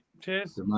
Cheers